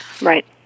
Right